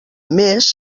més